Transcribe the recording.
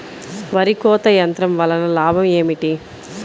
వరి కోత యంత్రం వలన లాభం ఏమిటి?